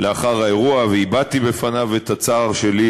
לאחר האירוע והבעתי בפניו את הצער שלי